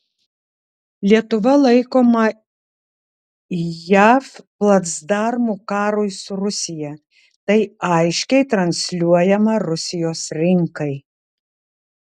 lietuva laikoma jav placdarmu karui su rusija tai aiškiai transliuojama rusijos rinkai